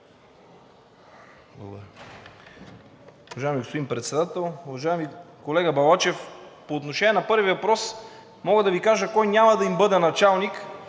Благодаря,